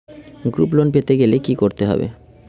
Group loan পেতে গেলে কি করতে হবে?